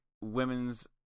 Women's